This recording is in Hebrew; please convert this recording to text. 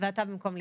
מאוד פורה,